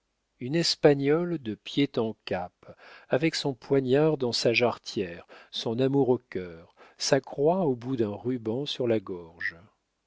une espagnole de pied en cap avec son poignard dans sa jarretière son amour au cœur sa croix au bout d'un ruban sur la gorge